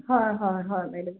হয় হয় হয় বাইদেউ